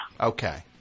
Okay